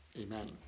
amen